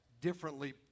differently